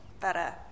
better